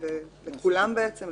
אנחנו רוצות להצביע.